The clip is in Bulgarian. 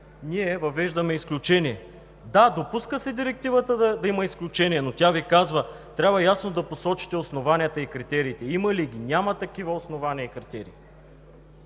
ние въвеждаме изключение. Да, допуска се Директивата да има изключение, но тя Ви казва: трябва ясно да посочите основанията и критериите. Има ли ги? Няма такива основания и критерии.